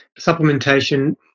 Supplementation